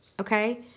Okay